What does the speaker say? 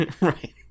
Right